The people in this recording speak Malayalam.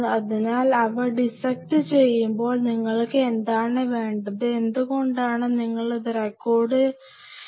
അപ്പോൾ നിങ്ങൾ അവർ ഡിസ്ക്ട് ചെയ്യുന്നത് റെക്കോർഡ് ചെയ്തു വെക്കണം